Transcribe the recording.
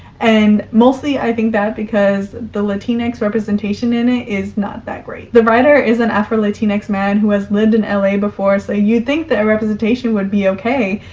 and mostly i think that because the latinx representation in it is not that great. the writer is an afro-latinx man who has lived in la before, so you think that the representation would be okay,